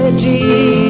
ah d